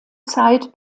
zeit